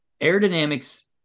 Aerodynamics